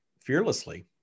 fearlessly